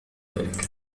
ذلك